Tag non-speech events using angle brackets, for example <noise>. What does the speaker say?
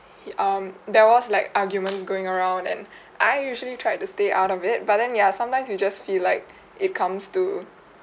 he um there was like arguments going around and <breath> I usually tried to stay out of it but then ya sometimes you just feel like <breath> it comes to